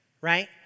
Right